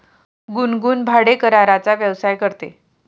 गुनगुन भाडेकराराचा व्यवसाय करते